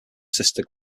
sister